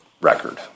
record